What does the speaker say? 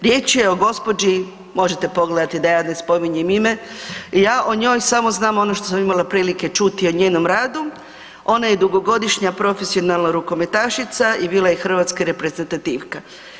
Riječ je o gospođi, možete pogledati da ja ne spominjem ime, ja o njoj samo znam ono što sam imala prilike čuti o njenom radu, ona je dugogodišnja profesionalna rukometašica i bila je hrvatska reprezentativka.